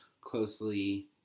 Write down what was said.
closely